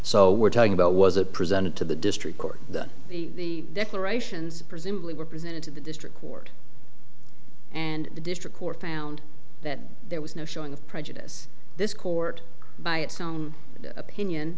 so we're talking about was a presented to the district court that the declarations presumably were presented to the district court and the district court found that there was no showing of prejudice this court by its own opinion